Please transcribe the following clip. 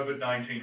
COVID-19